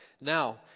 now